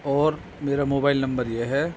اور میرا mobile number یہ ہے